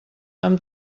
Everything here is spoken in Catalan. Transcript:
amb